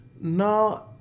No